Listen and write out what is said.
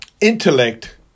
intellect